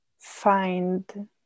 find